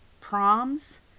proms